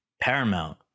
Paramount